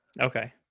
Okay